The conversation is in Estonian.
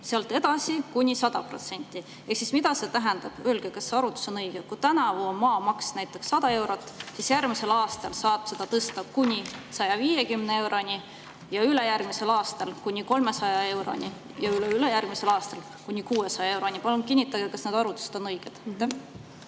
sealt edasi kuni 100%. Mida see tähendab? Öelge, kas see arvutus on õige: kui tänavu on maamaks näiteks 100 eurot, siis järgmisel aastal saab selle tõsta kuni 150 euroni ja ülejärgmisel aastal kuni 300 euroni ja üleülejärgmisel aastal kuni 600 euroni. Palun kinnitage, kas need arvutused on õiged.